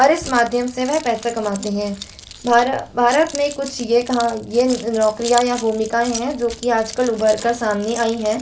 और इस माध्यम से वह पैसे कमाते हैं भारत में कुछ ये कहाँ ये नौकरियाँ भूमिकाएँ हैं जो कि आजकल उभर कर सामने आईं हैं